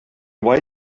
why